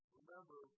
remember